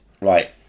Right